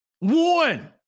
one